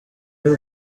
y’u